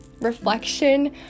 reflection